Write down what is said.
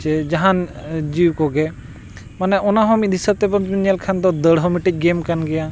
ᱥᱮ ᱡᱟᱦᱟᱱ ᱡᱤᱵᱽ ᱠᱚᱜᱮ ᱢᱟᱱᱮ ᱚᱱᱟ ᱦᱚᱸ ᱢᱤᱫ ᱦᱤᱥᱟᱹᱵᱽ ᱛᱮᱵᱚᱱ ᱧᱮᱞ ᱠᱷᱟᱱ ᱫᱚ ᱫᱟᱹᱲ ᱦᱚᱸ ᱢᱤᱫᱴᱤᱡ ᱜᱮᱢ ᱠᱟᱱ ᱜᱮᱭᱟ